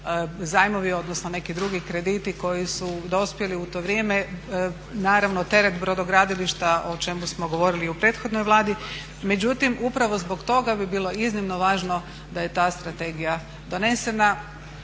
zajmovi odnosno neki drugi krediti koji su dospjeli u to vrijeme. Naravno, teret brodogradilišta o čemu smo govorili i u prethodnoj Vladi, međutim upravo zbog toga bi bilo iznimno važno da je ta strategija donesena.